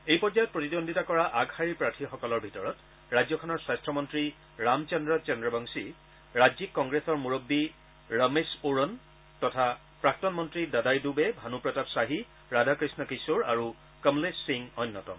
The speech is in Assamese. এই পৰ্যায়ত প্ৰতিদ্বন্দ্বিতা কৰা আগশাৰীৰ প্ৰাৰ্থীসকলৰ ভিতৰত ৰাজ্যখনৰ স্বাস্থ্যমন্ত্ৰী ৰামচন্দ্ৰ চন্দ্ৰবংশী ৰাজ্যিক কংগ্ৰেছৰ মূৰববী ৰমেশ অ'ৰন তথা প্ৰাক্তন মন্ত্ৰী দাদাই ডুবে ভানু প্ৰতাপ শ্বাহি ৰাধাকৃষ্ণ কিশোৰ আৰু কমলেশ সিং অন্যতম